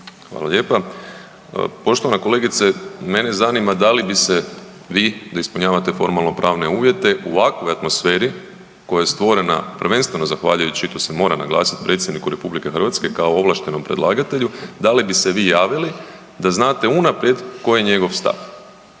Hvala lijepa. Poštovana kolegice, mene zanima da li bi se vi da ispunjavate formalno pravne uvjete u ovakvoj atmosferi koja je stvorena prvenstveno zahvaljujući i to se mora naglasiti predsjedniku RH kao ovlaštenom predlagatelju, da li bi se vi javili da znate unaprijed koji je njegov stav?